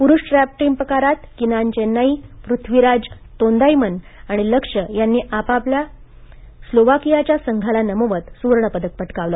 पुरुष trap team प्रकारांत किनान चेनाई पृथ्वीराज तोंदाईमन आणि लक्ष्य यांनी स्लोवाकियाच्या संघाला नमवत सुवर्ण पदक पटकावलं